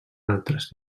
altres